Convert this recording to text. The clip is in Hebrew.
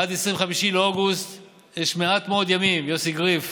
עד 25 באוגוסט יש מעט מאוד ימים, יוסי גריף.